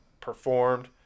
performed –